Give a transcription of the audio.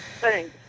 Thanks